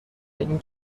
این